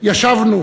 ישבנו